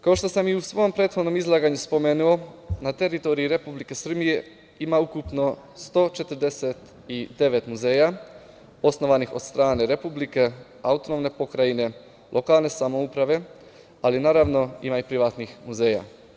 Kao što sam i u svom prethodnom izlaganju spomenuo, na teritoriji Republike Srbije ima ukupno 149 muzeja osnovanih od strane Republike, autonomne pokrajine, lokalne samouprave, ali ima i privatnih muzeja.